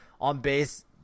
on-base